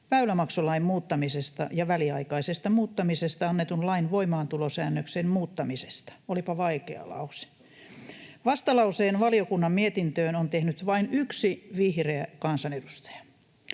väylämaksulain muuttamisesta ja väliaikaisesta muuttamisesta annetun lain voimaantulosäännöksen muuttamisesta — olipa vaikea lause. Vastalauseen valiokunnan mietintöön on tehnyt vain yksi vihreä kansanedustaja.